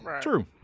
True